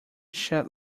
chat